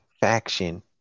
faction